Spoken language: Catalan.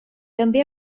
també